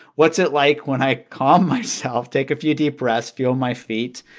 what's it like when i calm myself, take a few deep breaths, feel my feet,